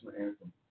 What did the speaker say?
anthem